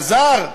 חזר.